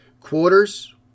quarters